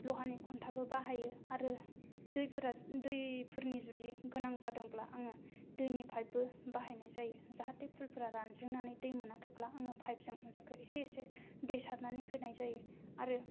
लहानि खन्थाबो बाहायो आरो दैफ्रा दैफोरनि जदि गोनां जादोंबा आङो दैनि पाइपबो बाहायनाय जायो जाहाते फुलफ्रा रानजोबनानै दै मोनाखैब्ला पाइप जों एसे एसे दै सारनानै होनाय जायो आरो